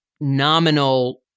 nominal